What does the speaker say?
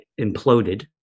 imploded